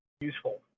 useful